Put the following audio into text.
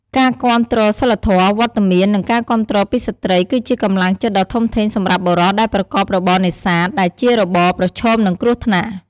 គាំទ្រសីលធម៌ វត្តមាន និងការគាំទ្រពីស្ត្រីគឺជាកម្លាំងចិត្តដ៏ធំធេងសម្រាប់បុរសដែលប្រកបរបរនេសាទ ដែលជារបរប្រឈមនឹងគ្រោះថ្នាក់។